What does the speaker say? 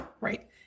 right